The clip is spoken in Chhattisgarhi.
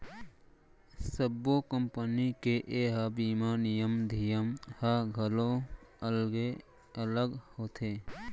सब्बो कंपनी के ए बीमा नियम धियम ह घलौ अलगे अलग होथे